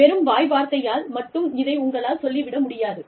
வெறும் வாய் வார்த்தையால் மட்டும் இதை உங்களால் சொல்லி விட முடியாது